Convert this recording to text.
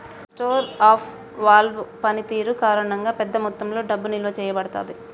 store of value పనితీరు కారణంగా, పెద్ద మొత్తంలో డబ్బు నిల్వ చేయబడతాది